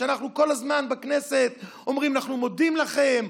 שאנחנו כל הזמן בכנסת אומרים "אנחנו מודים לכם,